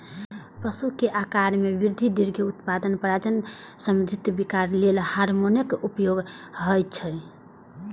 पशु के आाकार मे वृद्धि, दुग्ध उत्पादन, प्रजनन संबंधी विकार लेल हार्मोनक उपयोग होइ छै